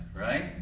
right